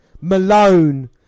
Malone